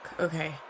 Okay